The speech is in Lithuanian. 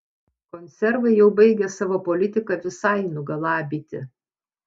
konservai jau baigia savo politika visai nugalabyti